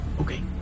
Okay